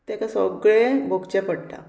ताका सगळें भोगचें पडटा